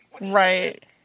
Right